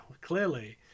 clearly